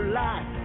life